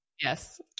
Yes